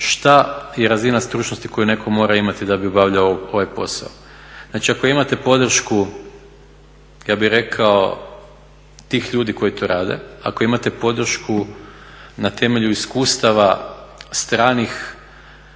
šta je razina stručnosti koju netko mora imati da bi obavljao ovaj posao. Znači ako imate podršku, ja bih rekao tih ljudi koji to rade, ako imate podršku na temelju iskustava stranih